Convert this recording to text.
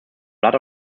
blood